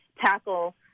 tackle